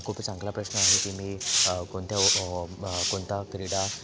हा खूप चांगला प्रश्न आहे की मी कोणत्या ओ कोणता क्रीडा